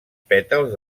pètals